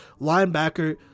linebacker